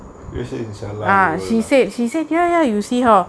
she said this is allowable ah